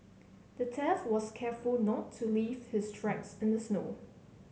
the thief was careful not to leave his tracks in the snow